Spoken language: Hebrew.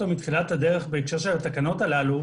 מתחילת הדרך הקשר של התקנות האלה הוא